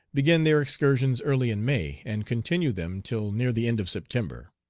begin their excursions early in may, and continue them till near the end of september.